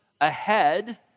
ahead